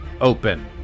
Open